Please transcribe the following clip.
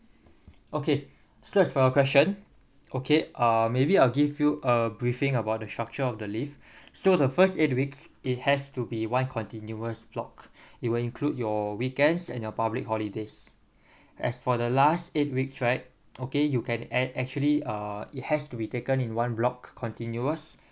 okay so as for your question okay uh maybe I'll give you a briefing about the structure of the leave so the first eight weeks it has to be one continuous block it will include your weekends and your public holidays as for the last eight weeks right okay you can add actually uh it has to be taken in one block continuous